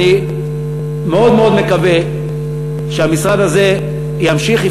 אני מאוד מאוד מקווה שהמשרד הזה ימשיך,